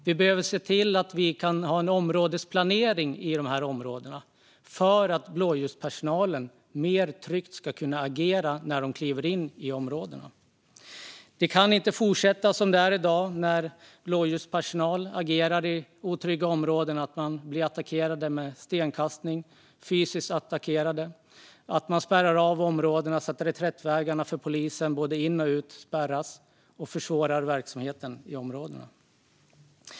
Vi behöver ha en områdesplanering för att blåljuspersonal ska kunna agera mer tryggt när de kliver in i områdena. Det kan inte fortsätta som det är i dag, när blåljuspersonal som agerar i otrygga områden blir utsatta för stenkastning och fysiskt attackerade, när områden spärras av så att reträttvägarna för polisen hindras både in och ut och när verksamheten i områdena försvåras.